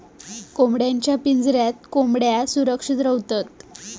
कोंबड्यांच्या पिंजऱ्यात कोंबड्यो सुरक्षित रव्हतत